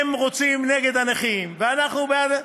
הם רוצים נגד הנכים ואנחנו בעד,